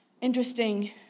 interesting